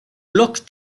look